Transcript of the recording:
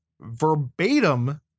verbatim